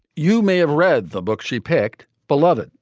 you may have read the book she picked beloved,